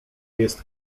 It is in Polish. jest